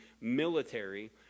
military